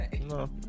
No